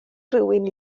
rywun